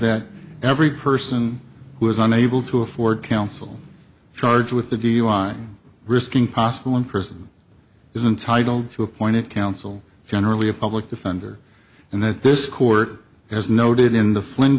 that every person who is unable to afford counsel charged with a dui risking possible in prison is intitled to appointed counsel generally a public defender and that this court has noted in the flynn